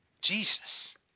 Jesus